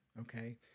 okay